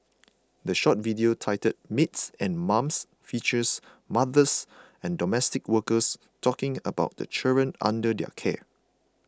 the short video titled Maids and Mums features mothers and domestic workers talking about the children under their care